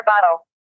bottle